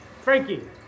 Frankie